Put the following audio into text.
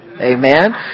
Amen